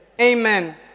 Amen